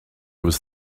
was